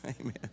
amen